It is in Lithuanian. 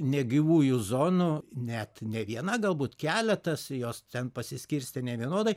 negyvųjų zonų net ne viena galbūt keletas jos ten pasiskirstę nevienodai